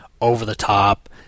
over-the-top